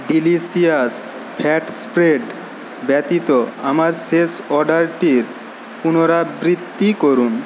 delicious fat spread ব্যতীত আমার শেষ অর্ডারটির পুনরাবৃত্তি করুন